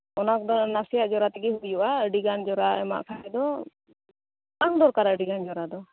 ᱚᱱᱟ ᱠᱚᱫᱚ ᱱᱟᱥᱮᱭᱟᱜ ᱡᱚᱨᱟ ᱛᱮᱜᱮ ᱦᱩᱭᱩᱜᱼᱟ ᱟᱰᱤ ᱜᱟᱱ ᱡᱚᱨᱟ ᱮᱢᱟᱜ ᱠᱷᱟᱡ ᱵᱟᱝ ᱫᱚᱨᱠᱟᱨᱚᱜᱼᱟ ᱟᱰᱤᱜᱟᱱ ᱡᱚᱨᱟ ᱫᱚ